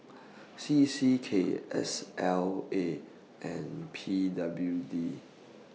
C C K S L A and P W D